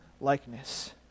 likeness